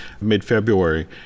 mid-february